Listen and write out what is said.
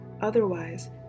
otherwise